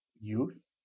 youth